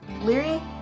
Leary